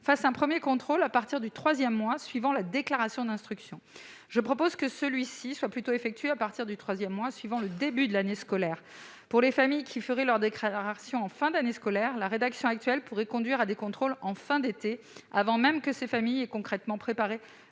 font un premier contrôle à partir du troisième mois suivant la déclaration d'instruction. Je propose qu'il soit plutôt effectué à partir du troisième mois suivant le début de l'année scolaire. Pour les familles qui feraient leur déclaration en fin d'année scolaire, la rédaction actuelle pourrait conduire à des contrôles en fin d'été, avant même qu'elles aient concrètement préparé